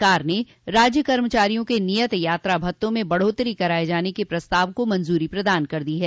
सरकार ने राज्य कर्मचारियों के नियत यात्रा भत्तों में बढ़ोत्तरी कराये जाने के प्रस्ताव को मंजूरी प्रदान कर दी है